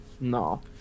No